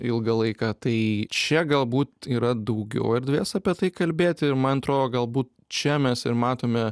ilgą laiką tai čia galbūt yra daugiau erdvės apie tai kalbėti ir man atrodo galbūt čia mes ir matome